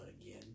again